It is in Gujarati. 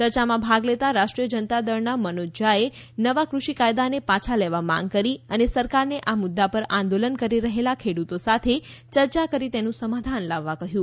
ચર્ચામાં ભાગ લેતા રાષ્ટ્રીય જનતા દળના મનોજ ઝા એ નવા કૃષિ કાયદાને પાછા લેવા માંગ કરી અને સરકારને આ મુદ્દા પર આંદોલન કરી રહેલા ખેડૂતો સાથે યર્યા કરી તેનું સમાધાન લાવવા કહ્યું